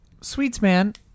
Sweetsman